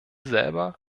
selber